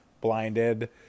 blinded